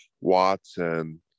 Watson